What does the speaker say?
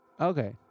Okay